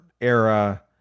era